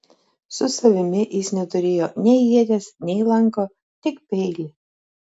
su savimi jis neturėjo nei ieties nei lanko tik peilį